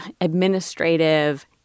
administrative